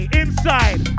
inside